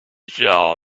shall